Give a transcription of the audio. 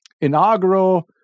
inaugural